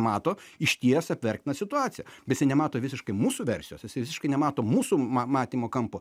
mato išties apverktiną situaciją bet jisai nemato visiškai mūsų versijos jisai visiškai nemato mūsų ma matymo kampo